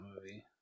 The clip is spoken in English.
movie